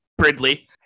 Bridley